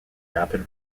rapid